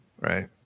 right